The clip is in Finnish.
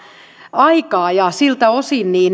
aikaa siltä osin